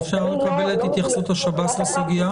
אפשר לקבל את התייחסות שב"ס לסוגיה?